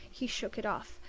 he shook it off,